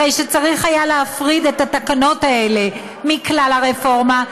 הרי שצריך היה להפריד את התקנות האלה מכלל הרפורמה,